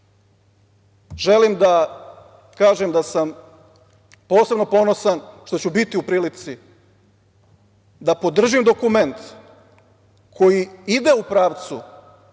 Želim da kažem da sam posebno ponosan što ću biti u prilici da podržim dokument koji ide u pravcu